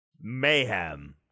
Mayhem